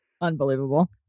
Unbelievable